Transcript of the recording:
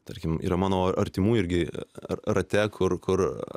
tarkim yra mano artimųjų irgi rate kur kur